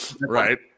Right